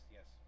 Yes